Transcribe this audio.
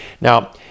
Now